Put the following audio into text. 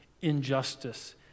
injustice